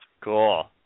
Cool